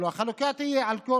והחלוקה תהיה על כל